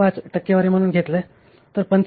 5 टक्केवारी म्हणून घेतले तर 55